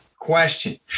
question